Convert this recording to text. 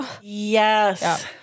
Yes